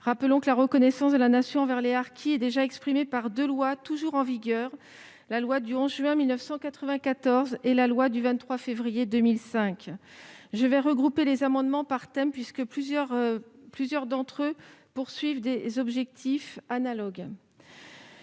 Rappelons que la reconnaissance de la Nation envers les harkis est déjà exprimée dans deux lois toujours en vigueur : celle du 11 juin 1994 et celle du 23 février 2005. Je regrouperai les amendements par thème, plusieurs d'entre eux ayant des objets analogues.